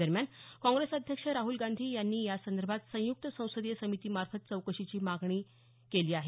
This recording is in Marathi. दरम्यान काँग्रेस अध्यक्ष राहल गांधी यांनी यासंदर्भात संयुक्त संसदीय समितीमार्फत चौकशीची मागणीचा पुनरुच्चार केला आहे